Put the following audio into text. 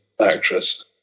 actress